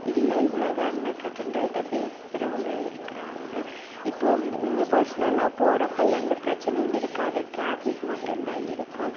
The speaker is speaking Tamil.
இல்லை இவ்வளோதானு கட் அண்ட் ரைட்டா பேசுறவங்க இருக்கிறாங்க இப்போ பர்ஸ்னலாக போகிறப்போ எந்த பிரச்னையும் இருக்காது ட்ராஃபிக் மட்டுந்தான் இருக்கும்